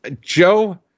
Joe